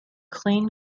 clean